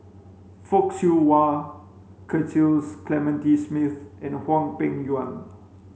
Fock Siew Wah Clementi Smith and Hwang Peng Yuan